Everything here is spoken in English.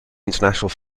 international